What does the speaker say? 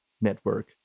network